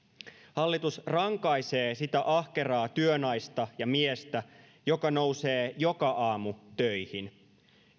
hallitus rankaisee sitä ahkeraa työnaista ja miestä joka nousee joka aamu töihin